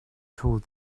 told